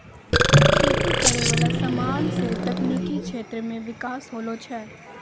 खेती करै वाला समान से तकनीकी क्षेत्र मे बिकास होलो छै